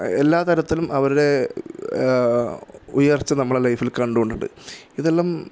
എല്ലാത്തരത്തിലും അവരുടെ ഉയർച്ച നമ്മളുടെ ലൈഫിൽ കണ്ടുകൊണ്ടുണ്ട് ഇതെല്ലാം